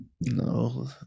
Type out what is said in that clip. No